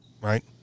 Right